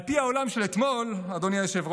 על פי העולם של אתמול, אדוני היושב-ראש,